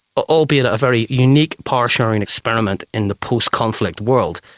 albeit a very unique power-sharing experiment in the post-conflict world,